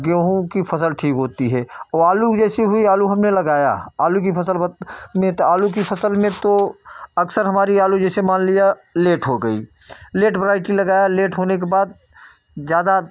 गेहूँ की फ़स्ल ठीक होती है व आलू जैसी हुई आलू हमने लगाया आलू की फ़स्ल बहुत में तो आलू की फ़स्ल में तो अक्सर हमारी आलू जैसे मान लिया लेट हो गई लेट ब्राइकी लगाया लेट होने के बाद ज़्यादा